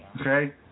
Okay